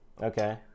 Okay